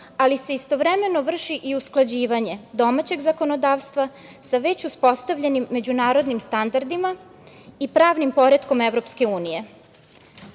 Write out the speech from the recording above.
ali se istovremeno vrši i usklađivanje domaćeg zakonodavstva sa već uspostavljenim međunarodnim standardima i pravnim poretkom EU.Glavni